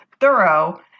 thorough